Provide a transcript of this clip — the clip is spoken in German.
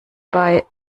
bei